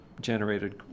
generated